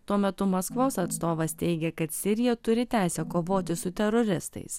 tuo metu maskvos atstovas teigia kad sirija turi teisę kovoti su teroristais